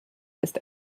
ist